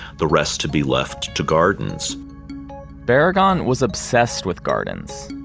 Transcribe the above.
the rest to be left to gardens barragan was obsessed with gardens.